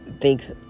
thinks